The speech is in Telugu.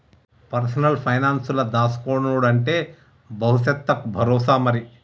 పర్సనల్ పైనాన్సుల దాస్కునుడంటే బవుసెత్తకు బరోసా మరి